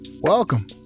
welcome